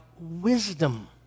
wisdom